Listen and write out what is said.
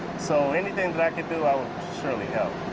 so anything that i can do, i will surely help.